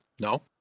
No